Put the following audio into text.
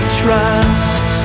trust